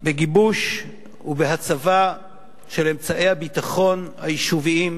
בגיבוש ובהצבה של אמצעי הביטחון היישוביים,